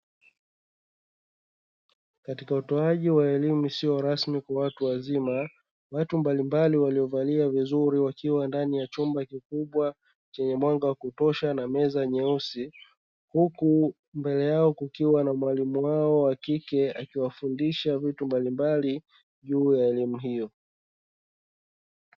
Katika utoaji wa elimu isiyo rasmi kwa watu wazima, watu mbalimbali waliovalia vizuri wakiwa ndani ya chumba kikubwa chenye mwanga wa kutosha na meza nyeusi, huku mbele yao kukiwa na mwalimu wao wa kike akiwafundisha vitu mbalimbali juu ya elimu hiyo.